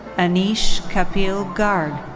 anish kapil garg.